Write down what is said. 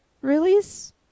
release